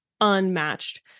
unmatched